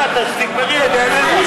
אז תגמרי, אני אענה לך.